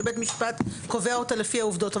שבית המשפט קובע אותה לפי העובדות.